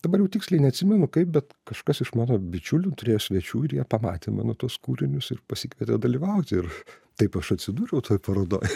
dabar jau tiksliai neatsimenu kaip bet kažkas iš mano bičiulių turėjo svečių ir jie pamatė mano tuos kūrinius ir pasikvietė dalyvauti ir taip aš atsidūriau toj parodoj